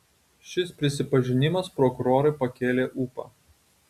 šis prisipažinimas prokurorui pakėlė ūpą